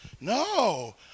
No